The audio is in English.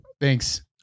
Thanks